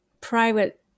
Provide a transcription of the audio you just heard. private